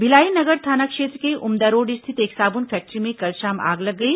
भिलाई नगर थाना क्षेत्र के उमदा रोड स्थित एक साबुन फैक्ट्री में कल शाम आग लग गई